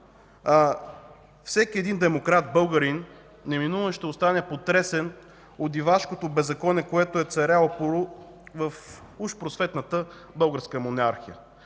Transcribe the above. Всеки един демократ българин неминуемо ще остане потресен от дивашкото беззаконие, което е царяло в уж просветната българска монархия.